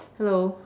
hello